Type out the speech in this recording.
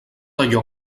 allò